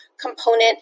component